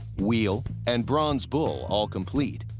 wheel, and bronze bull all complete,